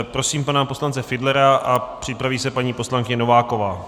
Prosím pana poslance Fiedlera a připraví se paní poslankyně Nováková.